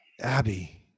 Abby